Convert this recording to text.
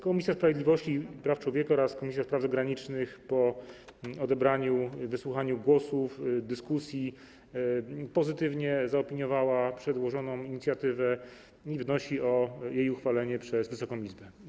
Komisja Sprawiedliwości i Praw Człowieka oraz Komisja Spraw Zagranicznych po wysłuchaniu głosów w dyskusji pozytywnie zaopiniowała przedłożoną inicjatywę i wnosi o jej uchwalenie przez Wysoką Izbę.